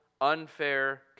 unfair